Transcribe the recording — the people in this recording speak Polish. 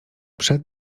przed